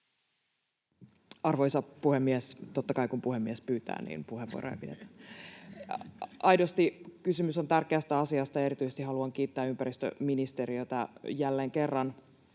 Arvoisa puhemies! Totta kai, kun puhemies pyytää, puheenvuoroja pidetään. Aidosti kysymys on tärkeästä asiasta, ja erityisesti haluan kiittää ympäristöministeriötä ja koko